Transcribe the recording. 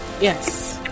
Yes